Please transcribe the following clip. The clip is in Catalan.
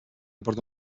porta